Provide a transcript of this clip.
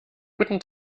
guten